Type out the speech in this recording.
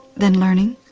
then learning,